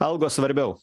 algos svarbiau